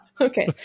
okay